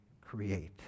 create